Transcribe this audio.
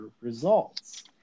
results